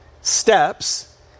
steps